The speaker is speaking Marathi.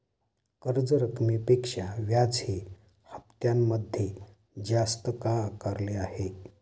कर्ज रकमेपेक्षा व्याज हे हप्त्यामध्ये जास्त का आकारले आहे?